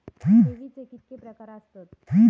ठेवीचे कितके प्रकार आसत?